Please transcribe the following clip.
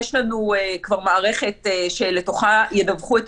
יש לנו כבר מערכת שלתוכה ידווחו את